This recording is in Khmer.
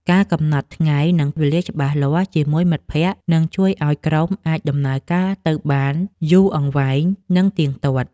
ការកំណត់ថ្ងៃ និងវេលាច្បាស់លាស់ជាមួយមិត្តភក្តិនឹងជួយឱ្យក្រុមអាចដំណើរការទៅបានយូរអង្វែង និងទៀងទាត់។